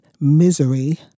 misery